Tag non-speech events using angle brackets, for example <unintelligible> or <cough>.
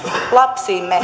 lapsiimme <unintelligible>